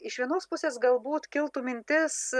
iš vienos pusės galbūt kiltų mintis